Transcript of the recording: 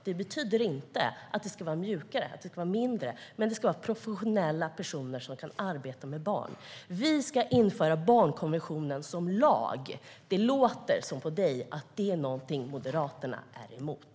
Det betyder inte att det ska vara mjukare och mindre, men det ska vara professionella personer som kan arbeta med barn. Vi ska införa barnkonventionen som lag. Det låter på Ellen Juntti som om detta vore något som Moderaterna är emot.